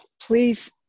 please